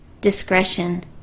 discretion